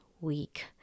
week